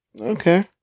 Okay